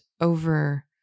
over